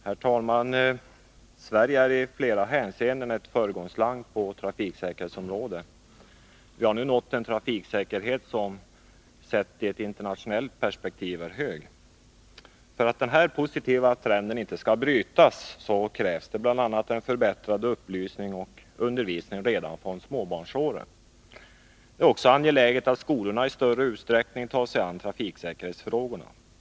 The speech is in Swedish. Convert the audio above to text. Herr talman! Sverige är i flera hänseenden ett föregångsland på trafiksäkerhetsområdet. Vi har nu nått en trafiksäkerhet som sett i ett internationellt perspektiv är hög. För att den positiva trenden inte skall brytas krävs det bl.a. en förbättrad upplysning och undervisning redan från småbarnsåren. Det är också angeläget att skolorna i större utsträckning tar sig an trafiksäkerhetsfrågorna.